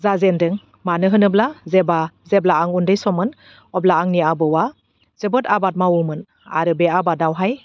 जाजेनदों मानो होनोब्ला जेबा जेब्ला आं उन्दै सममोन अब्ला आंनि आबौआ जोबोद आबाद मावोमोन आरो बे आबादआवहाय